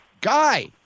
Guy